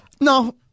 No